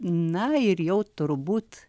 na ir jau turbūt